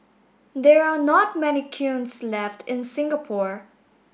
there are not many kilns left in Singapore